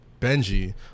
Benji